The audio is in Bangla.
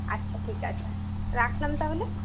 আচ্ছা ঠিক আছে রাখলাম তাহলে